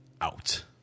out